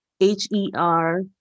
h-e-r